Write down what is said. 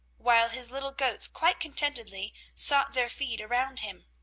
while his little goats quite contentedly sought their feed around him.